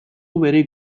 very